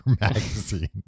magazine